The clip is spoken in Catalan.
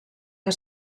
que